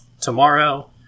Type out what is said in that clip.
tomorrow